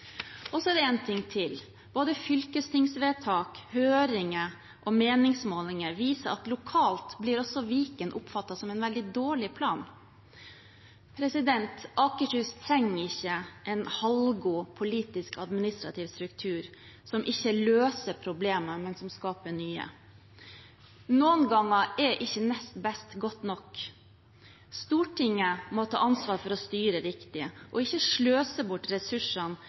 utfordringer. Så er det en ting til: Både fylkestingsvedtak, høringer og meningsmålinger viser at lokalt blir også Viken oppfattet som en veldig dårlig plan. Akershus trenger ikke en halvgod politisk og administrativ struktur som ikke løser problemer, men skaper nye. Noen ganger er ikke nest best godt nok. Stortinget må ta ansvar for å styre riktig og ikke sløse bort ressursene